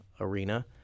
arena